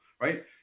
right